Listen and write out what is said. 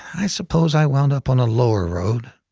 i suppose i wound up on a lower road,